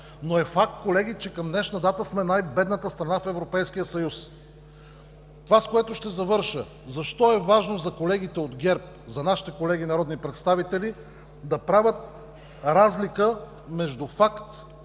Но е факт, колеги, че към днешна дата сме най-бедната страна в Европейския съюз. Това, с което ще завърша – защо е важно за колегите от ГЕРБ, за нашите колеги народни представители, да правят разлика между факт